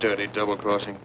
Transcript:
dirty double crossing